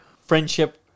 friendship